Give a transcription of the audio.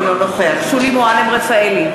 אינו נוכח שולי מועלם-רפאלי,